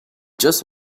just